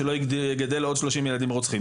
שלא יגדל עוד 30 ילדים רוצחים.